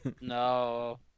No